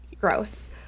Gross